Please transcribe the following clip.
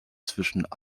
zwischen